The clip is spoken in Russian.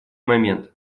момент